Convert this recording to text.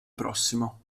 prossimo